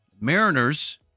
Mariners